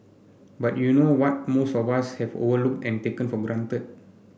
but you know what most of us have overlooked and taken for granted